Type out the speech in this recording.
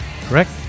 correct